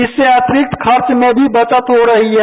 इससे अतिरिक्त खर्च में भी बचत हो रही है